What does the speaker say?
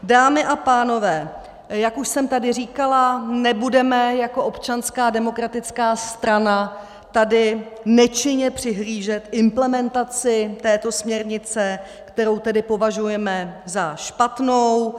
Dámy a pánové, jak už jsem tady říkala, nebudeme jako Občanská demokratická strana tady nečinně přihlížet implementaci této směrnice, kterou považujeme za špatnou.